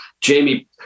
Jamie